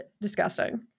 disgusting